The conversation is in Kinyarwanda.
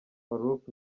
farook